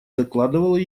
докладывал